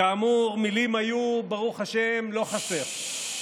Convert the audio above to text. כאמור מילים היו, ברוך השם לא חסר.